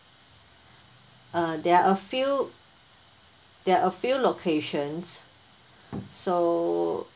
uh there are a few there are a few locations so